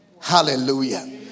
hallelujah